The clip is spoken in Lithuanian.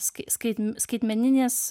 skai skai skaitmeninis